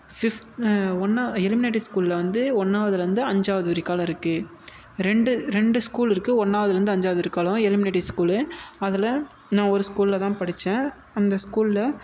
fifth ஒன்னாக elementary ஸ்கூலில் வந்து ஒன்னாவதுலேருந்து அஞ்சாவது வரைக்காலும் இருக்குது ரெண்டு ரெண்டு ஸ்கூல் இருக்குது ஒன்னாவதுலேருந்து அஞ்சாவது வரைக்காலும் எலிமினேட்டி ஸ்கூலு அதில் நான் ஒரு ஸ்கூலில் தான் படித்தேன் அந்த ஸ்கூலில்